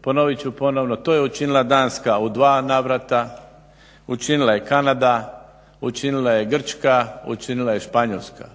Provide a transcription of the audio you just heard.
Ponovit ću ponovo, to je učinila Danska u dva navrata, učinila je Kanada, učinila je Grčka, učinila je Španjolska.